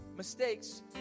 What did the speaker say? mistakes